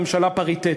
ממשלה פריטטית.